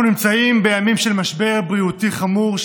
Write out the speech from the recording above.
אנחנו נמצאים בימים של משבר בריאותי חמור,